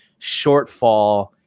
shortfall